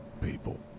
people